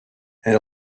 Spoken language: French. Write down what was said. elle